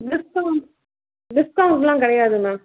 discount டிஸ்கவுண்டெலாம் கிடையாது ma'am